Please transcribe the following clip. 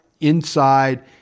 inside